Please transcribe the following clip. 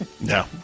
No